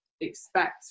expect